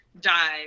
die